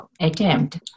attempt